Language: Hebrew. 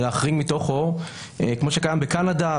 להחריג כמו שקיים בקנדה,